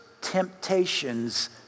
temptations